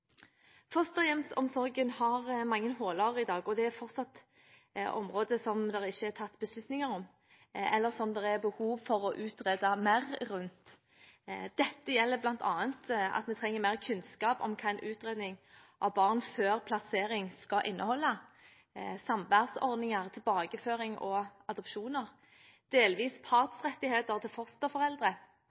Fosterhjemsomsorgen har mange huller i dag, og det er fortsatt områder som det ikke er tatt beslutninger om, eller som det er behov for å utrede mer rundt. Det gjelder bl.a. at vi trenger: mer kunnskap om hva en utredning av barn før plassering skal inneholde samværsordninger, tilbakeføring og adopsjoner delvis partsrettigheter til